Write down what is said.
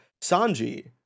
Sanji